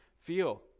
feel